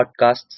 Podcasts